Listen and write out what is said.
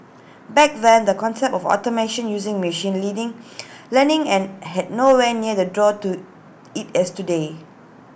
back then the concept of automation using machine leading learning and had nowhere near the draw to IT as today